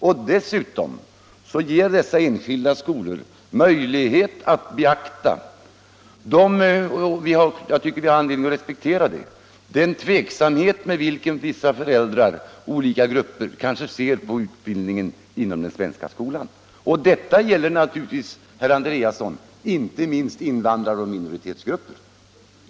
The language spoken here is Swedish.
Och dessutom ger dessa enskilda skolor möjlighet att beakta — något som vi har all anledning att respektera — den tveksamhet med vilken vissa föräldrar ur olika grupper ser på utbildningen inom den svenska skolan. Och detta gäller naturligtvis, herr Andréasson, inte minst invandrare och minoritetsgrupper.